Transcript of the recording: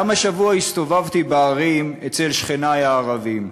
גם השבוע הסתובבתי בערים אצל שכני הערבים.